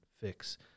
fix